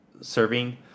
serving